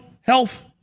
Health